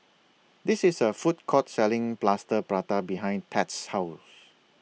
This IS A Food Court Selling Plaster Prata behind Thad's House